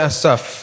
Asaf